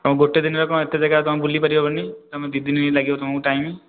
ହଁ ଗୋଟେ ଦିନରେ କ'ଣ ଏତେ ଜାଗା କ'ଣ ବୁଲି ପାରିହେବନି ଦୁଇ ଦିନ ଲାଗିବ ତମକୁ ଟାଇମ୍